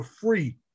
free